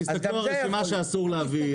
תסתכלו על הרשימה עם הפרטים שאסור להביא.